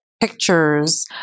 pictures